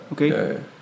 okay